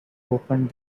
opened